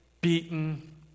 beaten